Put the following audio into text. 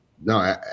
No